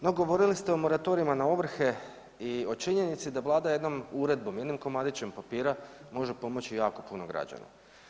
No, govorili ste o moratorijima na ovrhe i o činjenici da Vlada jednom uredbom, jednim komadićem papira može pomoći jako puno građana.